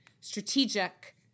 strategic